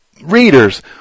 readers